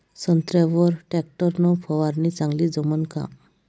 संत्र्यावर वर टॅक्टर न फवारनी चांगली जमन का?